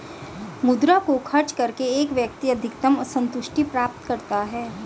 मुद्रा को खर्च करके एक व्यक्ति अधिकतम सन्तुष्टि प्राप्त करता है